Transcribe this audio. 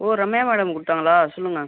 ஓ Ramya madam கொடுத்தாங்களா சொல்லுங்கள்